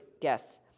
guests